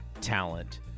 talent